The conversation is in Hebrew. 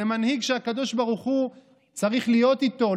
זה מנהיג שהקדוש ברוך הוא צריך להיות איתו,